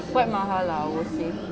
quite mahal lah I would say